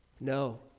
No